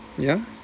ya